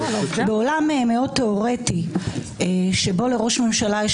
בעולם מאוד תיאורטי שבו לראש ממשלה יש